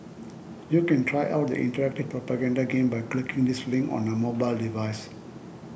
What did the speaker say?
you can try out the interactive propaganda game by clicking this link on a mobile device